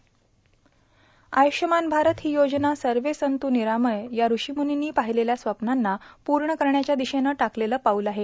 आय्रष्यमान भारत ही योजना सर्वे संतु निरामय या ऋषीमुनींनी पाहिलेल्या स्वप्नांना पूर्ण करण्याच्या दिशेनं टाकलेलं पाऊल आहे